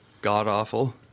god-awful